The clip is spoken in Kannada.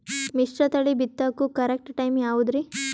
ಮಿಶ್ರತಳಿ ಬಿತ್ತಕು ಕರೆಕ್ಟ್ ಟೈಮ್ ಯಾವುದರಿ?